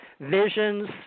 visions